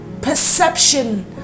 perception